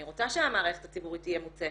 אני רוצה שהמערכת הציבורית תהיה מוצפת,